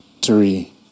three